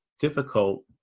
difficult